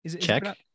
Check